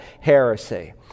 heresy